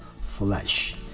flesh